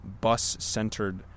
bus-centered